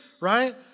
Right